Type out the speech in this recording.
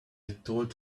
told